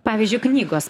pavyzdžiui knygos